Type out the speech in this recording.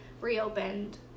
reopened